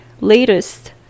latest